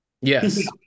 Yes